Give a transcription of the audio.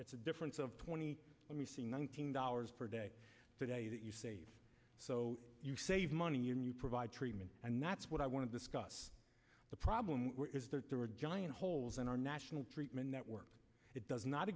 that's a difference of twenty let me say one thousand dollars per day today that you save so you save money and you provide treatment and that's what i want to discuss the problem is that there are giant holes in our national treatment network it does not